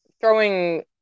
throwing